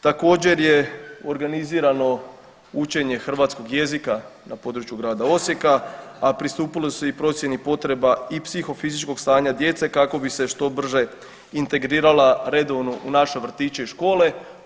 Također je organizirano učenje hrvatskog jezika na području grada Osijeka, a pristupili su i procjeni potreba i psihofizičkog stanja djece kako bi se što brže integrirala redovno u naše vrtiće i škole.